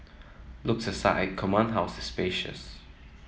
looks aside Command House is spacious